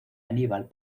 aníbal